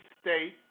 State